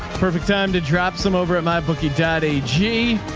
perfect time to drop some over at my bookie. daddy g